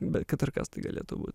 bet kad ir kas tai galėtų būt